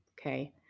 Okay